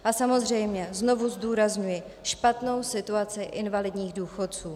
A samozřejmě znovu zdůrazňuji špatnou situaci invalidních důchodců.